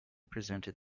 presented